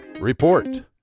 Report